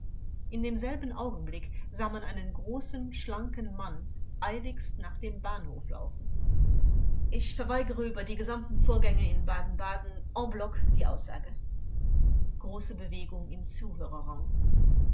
in demselben augenblick sah man einen großen schlanken mann eiligst nach dem bahnhof laufen angekl ich verweigere über die gesamten vorgänge in baden-baden en bloc die aussage